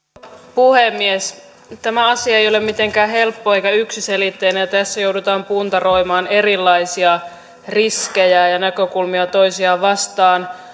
puhemies tämä asia ei ole mitenkään helppo eikä yksiselitteinen ja tässä joudutaan puntaroimaan erilaisia riskejä ja näkökulmia toisiaan vastaan